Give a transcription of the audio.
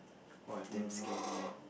!wah! damn scary eh